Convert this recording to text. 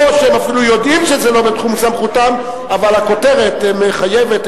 או שהם אפילו יודעים שזה לא בתחום סמכותם אבל הכותרת מחייבת,